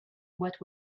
what